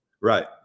right